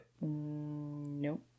Nope